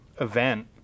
event